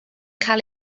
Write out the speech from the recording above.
cael